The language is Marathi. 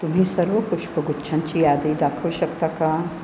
तुम्ही सर्व पुष्पगुच्छांची यादी दाखवू शकता का